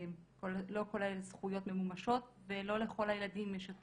לא כל הזכויות ממומשות ולא לכל הילדים יש את